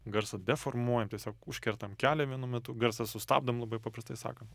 garsą deformuojam tiesiog užkertam kelią vienu metu garsą sustabdom labai paprastai sakant